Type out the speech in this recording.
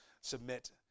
submit